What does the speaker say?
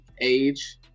Age